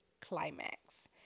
climax